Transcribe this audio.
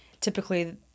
typically